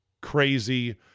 crazy